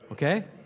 Okay